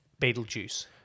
Beetlejuice